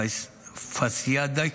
פסיידאק,